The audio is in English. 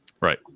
Right